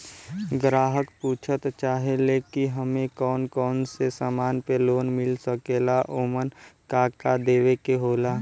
ग्राहक पुछत चाहे ले की हमे कौन कोन से समान पे लोन मील सकेला ओमन का का देवे के होला?